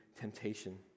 temptation